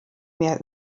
mehr